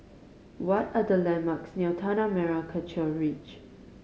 what are the landmarks near Tanah Merah Kechil Ridge